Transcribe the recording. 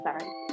sorry